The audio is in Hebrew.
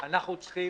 אנחנו צריכים